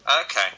Okay